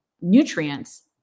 nutrients